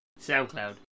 SoundCloud